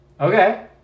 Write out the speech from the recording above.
Okay